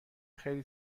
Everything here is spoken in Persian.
خیلی